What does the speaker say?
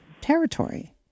territory